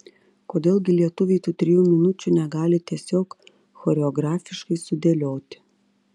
kodėl gi lietuviai tų trijų minučių negali tiesiog choreografiškai sudėlioti